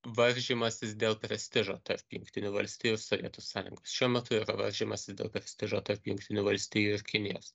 varžymasis dėl prestižo tarp jungtinių valstijų sovietų sąjungos šiuo metu yra varžymasis dėl prestižo tarp jungtinių valstijų ir kinijos